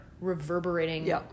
reverberating